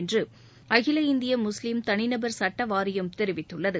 என்று அகில இந்திய முஸ்லிம் தனிநபர் சட்டவாரியம் தெரிவித்துள்ளது